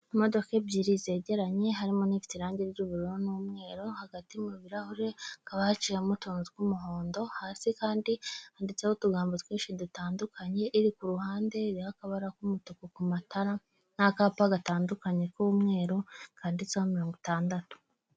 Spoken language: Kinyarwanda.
Imodoka ebyiri zegeranye, harimo n'ifite irangi ry'ubururu n'umweru, hagati mu birahure hakaba haciyemo utuntu tw'umuhondo, hasi kandi handitseho utugambo twinshi dutandukanye, iri ku ruhande iriho akabara k'umutuku ku matara n'akapa gatandukanye k'umweru, kanditseho mirongo itandatu.